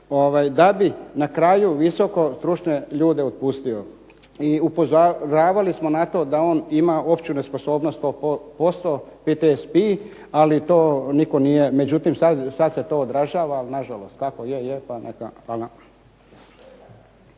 da bi na kraju visoko stručne ljude otpustio. I upozoravali smo na to da on ima opću nesposobnost …/Ne razumije se./… PTSP, ali to nitko nije, međutim sad se to odražava ali na žalost kako je je, pa neka, hvala.